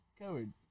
Coward